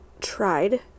tried